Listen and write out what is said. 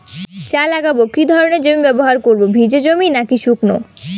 চা লাগাবো কি ধরনের জমি ব্যবহার করব ভিজে জমি নাকি শুকনো?